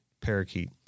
parakeet